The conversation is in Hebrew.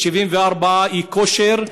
74% אי-כושר,